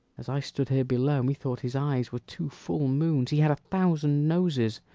as i stood here below, methought his eyes were two full moons he had a thousand noses,